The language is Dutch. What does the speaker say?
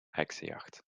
heksenjacht